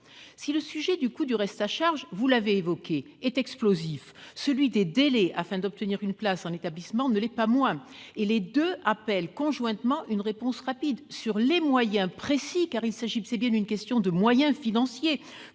Si le sujet du coût du reste à charge, vous l'avez évoqué, est explosif, celui des délais d'attente avant d'obtenir une place en établissement ne l'est pas moins. Les deux appellent conjointement une réponse rapide sur les moyens précis, car c'est bien une question de moyens financiers,